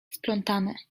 splątane